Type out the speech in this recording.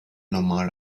normal